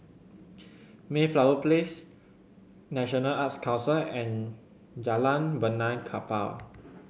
Mayflower Place National Arts Council and Jalan Benaan Kapal